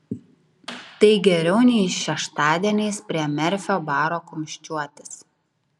tai geriau nei šeštadieniais prie merfio baro kumščiuotis